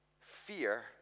fear